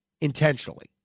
intentionally